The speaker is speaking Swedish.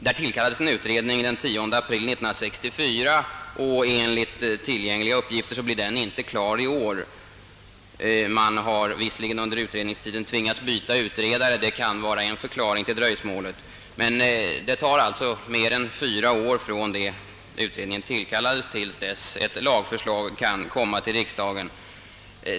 Den 10 april 1964 tillsattes bilregisterutredningen, och enligt tillgängliga uppgifter blir den inte klar i år. Man har visserligen under utredningstiden tvingats byta utredare, vilket kan vara en förklaring till dröjsmålet, men det kommer alltså att ta mer än fyra år från det utredningen tillkallades till dess ett lagförslag kan framläggas för riksdagen.